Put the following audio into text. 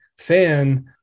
fan